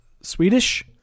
Swedish